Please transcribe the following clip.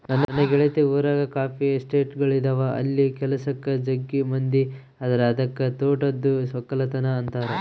ನನ್ನ ಗೆಳತಿ ಊರಗ ಕಾಫಿ ಎಸ್ಟೇಟ್ಗಳಿದವ ಅಲ್ಲಿ ಕೆಲಸಕ್ಕ ಜಗ್ಗಿ ಮಂದಿ ಅದರ ಅದಕ್ಕ ತೋಟದ್ದು ವಕ್ಕಲತನ ಅಂತಾರ